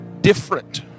different